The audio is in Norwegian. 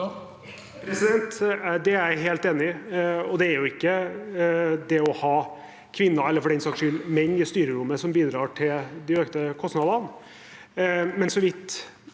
Det er jeg helt enig i, og det er jo ikke det å ha kvinner, eller for den saks skyld menn, i styrerommet som bidrar til de økte kostnadene. Nå er det